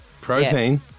Protein